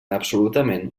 absolutament